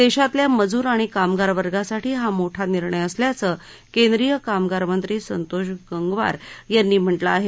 देशातल्या मजूर आणि कामगारवर्गासाठी हा मोठा निर्णय असल्याचं केंद्रीय कामगार मंत्री संतोष गंगवार यांनी म्हातिं आहे